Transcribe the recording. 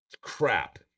crap